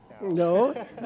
No